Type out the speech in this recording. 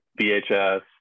VHS